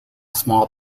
small